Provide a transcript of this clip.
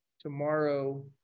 tomorrow